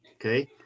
Okay